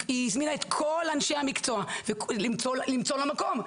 היא הזמינה את כל אנשי המקצוע למצוא לו מקום,